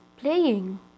playing